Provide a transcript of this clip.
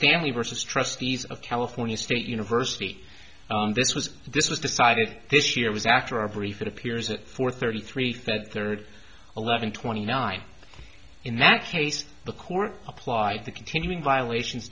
stanley versus trustees of california state university this was this was decided this year was after a brief it appears at four thirty three thirty third eleven twenty nine in that case the court applied the continuing violations